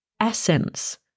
essence